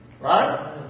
Right